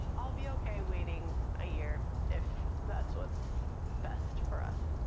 i'll be okay waiting a year if that's what's best for us.